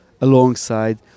alongside